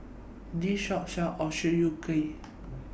This Shop sells Ochazuke